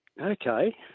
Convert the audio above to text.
Okay